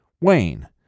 Wayne